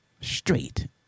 straight